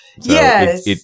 yes